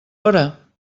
hora